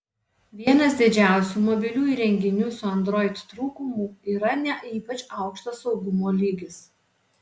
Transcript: vienas didžiausių mobilių įrenginių su android trūkumų yra ne ypač aukštas saugumo lygis